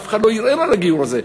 אף אחד לא ערער על הגיור הזה,